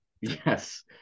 Yes